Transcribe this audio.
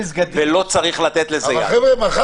ולא צריך לתת לזה יד.